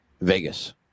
Vegas